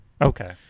okay